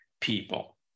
people